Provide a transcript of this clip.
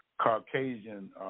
Caucasian